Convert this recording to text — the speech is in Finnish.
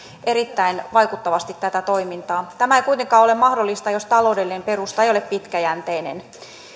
erittäin vaikuttavasti tätä toimintaa tämä ei kuitenkaan ole mahdollista jos taloudellinen perusta ei ole pitkäjänteinen